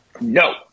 no